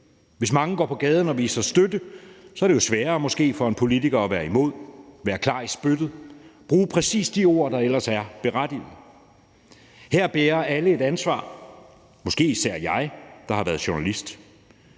Hvis mange går på gaden og viser støtte, er det jo måske sværere for en politiker at være imod og være klar i spyttet og bruge præcis de ord, der ellers er berettiget. Her bærer alle et ansvar, måske især jeg, der har været journalist.